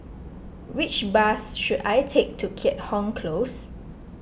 which bus should I take to Keat Hong Close